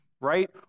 right